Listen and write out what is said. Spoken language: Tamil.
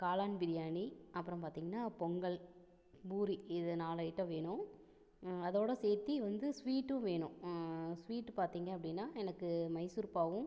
காளான் பிரியாணி அப்புறம் பார்த்தீங்கனா பொங்கல் பூரி இது நாலு ஐட்டம் வேணும் அதோட சேர்த்தி வந்து ஸ்வீட்டும் வேணும் ஸ்வீட் பார்த்தீங்க அப்படின்னா எனக்கு மைசூர்பாகும்